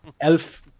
Elf